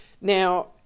Now